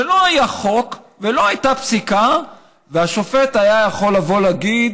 שבה לא היה חוק ולא הייתה פסיקה והשופט היה יכול לבוא ולהגיד: